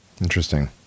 Interesting